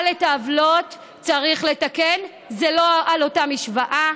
אבל את העוולות צריך לתקן, זה לא על אותה משוואה.